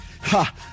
Ha